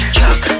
Truck